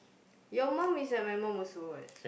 your mum is like my mum also what